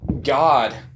God